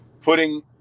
putting